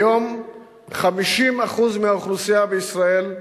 היום 50% מהאוכלוסייה בישראל,